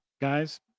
guys